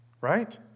right